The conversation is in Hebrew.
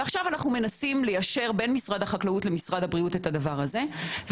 ועכשיו אנחנו מנסים ליישר בין משרד החקלאות למשרד הבריאות את הדבר הזה.